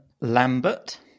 Lambert